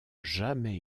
jamais